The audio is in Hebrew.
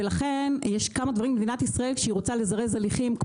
ולכן יש כמה דברים במדינת ישראל שהיא רוצה לזרז הליכים,